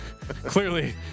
clearly